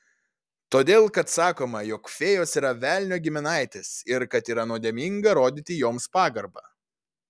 todėl kad sakoma jog fėjos yra velnio giminaitės ir kad yra nuodėminga rodyti joms pagarbą